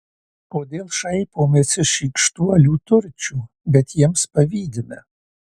kodėl šaipomės iš šykštuolių turčių bet jiems pavydime